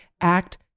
act